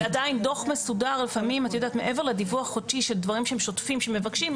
אבל עדיין דוח מסודר מעבר לדיווח החודשי של דברים שהם שוטפים שמבקשים,